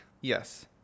Yes